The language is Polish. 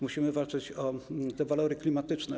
Musimy walczyć o walory klimatyczne.